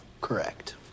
Correct